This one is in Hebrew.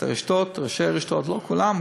לא לכולם,